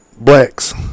blacks